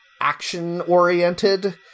action-oriented